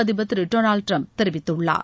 அதிபர் திரு Donald Trump தெரிவித்துள்ளார்